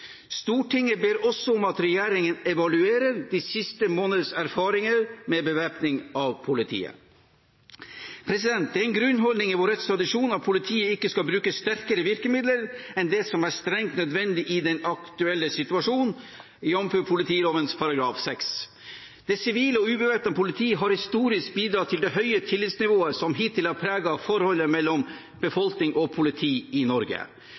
Stortinget ber også om at regjeringen evaluerer de siste måneders erfaringer med bevæpning av politiet. Det er en grunnholdning i vår rettstradisjon at politiet ikke skal bruke sterkere virkemidler enn det som er strengt nødvendig i den aktuelle situasjon, jf. politiloven § 6. Det sivile og ubevæpnede politiet har historisk bidratt til det høye tillitsnivået som hittil har preget forholdet mellom befolkning og politi i Norge.